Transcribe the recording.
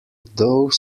though